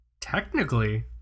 Technically